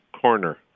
corner